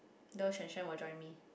though will join me